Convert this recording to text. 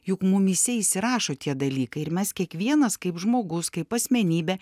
juk mumyse įsirašo tie dalykai ir mes kiekvienas kaip žmogus kaip asmenybė